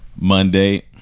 Monday